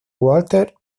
walter